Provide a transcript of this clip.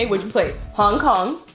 which place. hong kong,